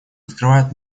открывает